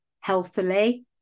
healthily